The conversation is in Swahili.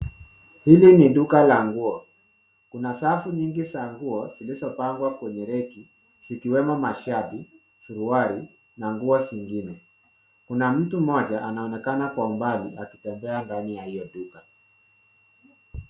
Hili ni duka la nguo. Kuna safu nyingi za nguo zilizopangwa kwenye reki, Zikiwemo mashati, suruali na nguo zingine. Kuna mtu mmoja anonekana kwa mbali akitembea kwa hiyo duka.